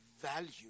value